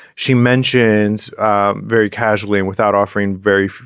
she mentions very casually and without offering very,